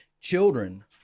Children